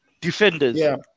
defenders